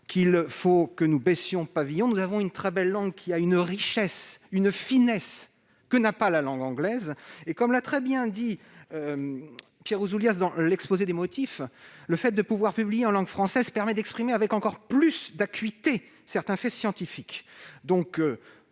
que nous devons baisser pavillon. Notre très belle langue a une richesse et une finesse que n'a pas la langue anglaise. Comme l'écrit Pierre Ouzoulias dans l'exposé des motifs, le fait de pouvoir publier en langue française permet d'exprimer avec encore plus d'acuité certains faits scientifiques. Bravo,